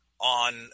on